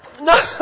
No